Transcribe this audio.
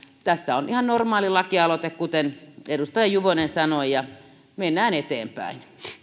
tässä on ihan normaali lakialoite kuten edustaja juvonen sanoi ja mennään eteenpäin